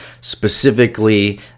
specifically